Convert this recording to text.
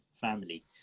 family